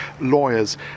lawyers